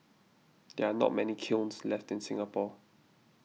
there are not many kilns left in Singapore